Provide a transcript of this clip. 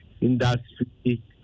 industry